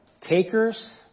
takers